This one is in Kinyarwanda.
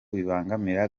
bibangamira